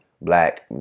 black